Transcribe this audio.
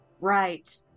right